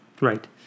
Right